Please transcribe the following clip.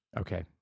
Okay